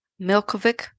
Milkovic